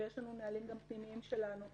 ויש לנו גם נהלים פנימיים שלנו.